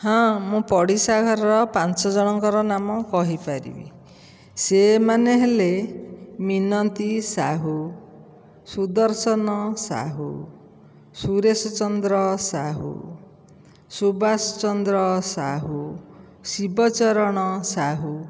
ହଁ ମୁଁ ପଡ଼ିଶା ଘରର ପାଞ୍ଚଜଣଙ୍କର ନାମ କହିପାରିବି ସେମାନେ ହେଲେ ମିନତୀ ସାହୁ ସୁଦର୍ଶନ ସାହୁ ସୁରେଶଚନ୍ଦ୍ର ସାହୁ ସୁଭାଷଚନ୍ଦ୍ର ସାହୁ ଶିବଚରଣ ସାହୁ